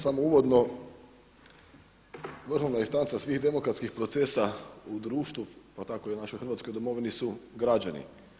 Samo uvodno vrhovna istanca svih demokratskih procesa u društvu, pa tako i u našoj Hrvatskoj domovini su građani.